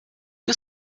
you